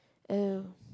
oh